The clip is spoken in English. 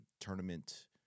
tournament